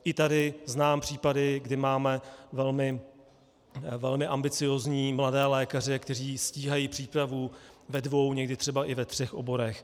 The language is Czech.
I tady znám případy, kdy máme velmi ambiciózní mladé lékaře, kteří stíhají přípravu ve dvou, někdy třeba i ve třech oborech.